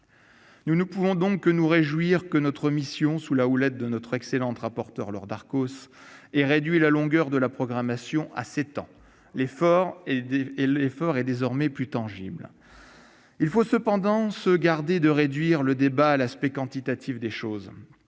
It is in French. Nous nous réjouissons donc que notre commission, sous la houlette de notre excellente rapporteure, Laure Darcos, ait réduit la durée de la programmation à sept ans. L'effort est désormais plus tangible. Il faut cependant se garder de réduire le débat à l'aspect quantitatif des choses.